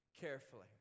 carefully